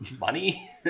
money